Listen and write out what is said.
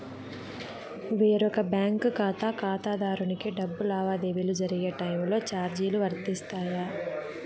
వేరొక బ్యాంకు ఖాతా ఖాతాదారునికి డబ్బు లావాదేవీలు జరిగే టైములో చార్జీలు వర్తిస్తాయా?